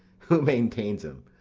who maintains em?